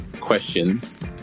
questions